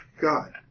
God